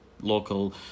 local